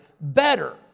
better